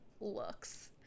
looks